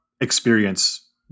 experience